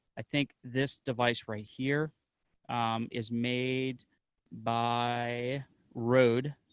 i think this device right here is made by rode.